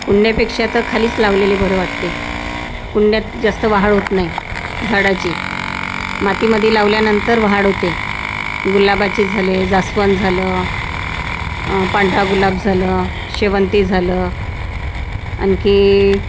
कुंड्यापेक्षा तर खालीच लावलेले बरं वाटते कुंड्यात जास्त वाढ होत नाही झाडाची मातीमध्ये लावल्यानंतर वाढ होते गुलाबाचे झाले जास्वंद झालं पांढरा गुलाब झालं शेवंती झालं आणखी